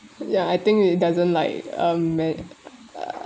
ya I think it doesn't like um may